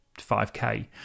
5K